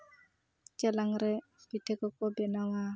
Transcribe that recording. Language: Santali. ᱪᱮᱞᱟᱝ ᱨᱮ ᱯᱤᱴᱷᱟᱹ ᱠᱚᱠᱚ ᱵᱮᱱᱟᱣᱟ